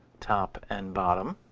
top and bottom